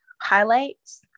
highlights